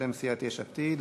בשם סיעת יש עתיד,